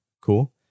cool